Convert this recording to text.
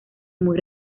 muy